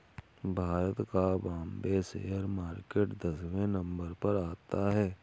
भारत का Bombay share market दसवें number पर आता है